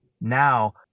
now